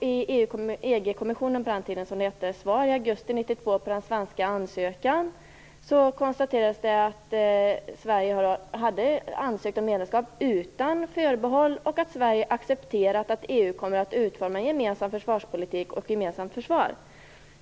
I EG-kommissionens, som det hette på den tiden, svar från augusti 1992 på den svenska ansökan konstaterades det att Sverige hade ansökt om medlemskap utan förbehåll och att Sverige accepterat att EU kommer att utforma en gemensam försvarspolitik och ett gemensamt försvar.